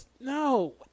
No